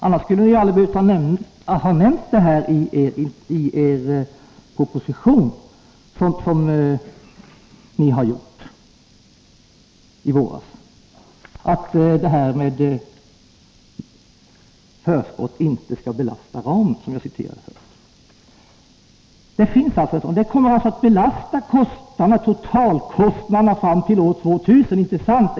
Annars skulle ni ju aldrig ha behövt nämna i er propositibdn i våras att förskottet inte skulle belasta ramen, vilket jag tidigare citerade. Detta kommer alltså att belasta totalkostnaderna fram till år 2000.